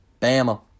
Bama